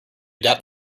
adapt